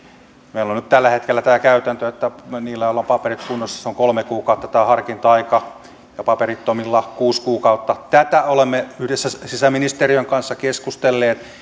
meillä on nyt tällä hetkellä tämä käytäntö että niillä joilla on paperit kunnossa on kolme kuukautta tämä harkinta aika ja paperittomilla kuusi kuukautta tästä olemme yhdessä sisäministeriön kanssa keskustelleet